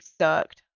sucked